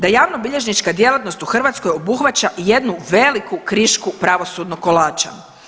Da javnobilježnička djelatnost u Hrvatskoj obuhvaća jednu veliku krišku pravosudnog kolača.